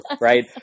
right